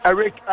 Eric